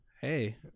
Hey